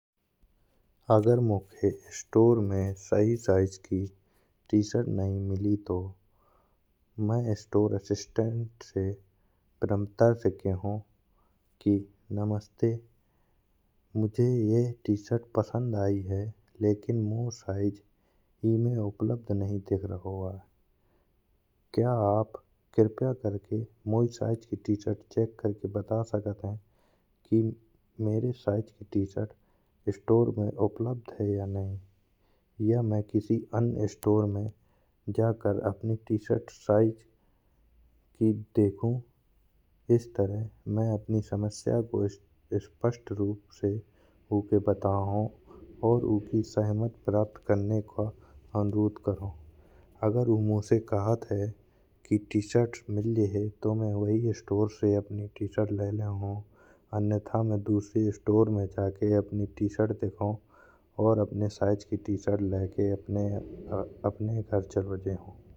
अगर मोए स्टोर में सही साइज की टी-शर्ट नहीं मिली तो मैं स्टोर असिस्टेंट से विनम्रता से कहो की। नमस्ते मुझे यह टी-शर्ट पसंद आई है लेकिन मो साइज इमे उपलब्ध नहीं दिख रहो आए। क्या आप कृपया करके मोई साइज की टी-शर्ट चेक करके बता सकत है। कि मेरे साइज की टी शर्ट स्टोर में उपलब्ध है कि नहीं या मैं किसी अन्य स्टोर में जाकर अपनी टी-शर्ट साइज की देखु। इस तरह मैं अपनी समस्या के स्पष्ट रूप से उके बताहो और उकी सहमति प्राप्त करने का अनुरोध करहो। अगर ऊ मोसे कहत है की टी-शर्ट मिल जेहे तो मैं वही स्टोर से अपनी टी-शर्ट लाई लेहो अन्यथा मैं दुसरे स्टोर में जाकर अपनी टी-शर्ट देखो। और अपनी साइज की टी-शर्ट लाइके अपने घर चलो जेहो।